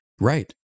Right